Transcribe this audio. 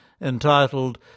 entitled